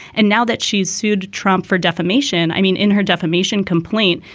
and now that she's sued trump for defamation. i mean, in her defamation complaint,